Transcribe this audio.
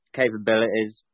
capabilities